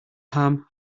ham